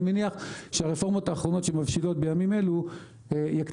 מניח שהרפורמות האחרונות שמבשילות בימים אלו יקטינו